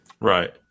Right